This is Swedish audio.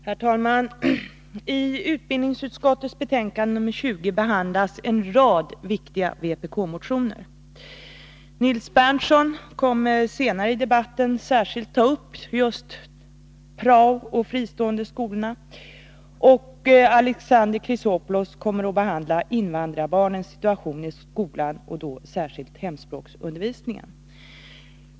Herr talman! I utbildningsutskottets betänkande 20 behandlas en rad viktiga vpk-motioner. Nils Berndtson kommer senare i debatten att särskilt ta upp just prao och de fristående skolorna, och Alexander Chrisopoulos kommer att behandla invandrarbarnens situation i skolan, då speciellt hemspråksundervisningen.